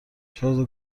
شازده